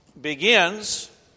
begins